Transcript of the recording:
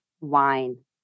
wine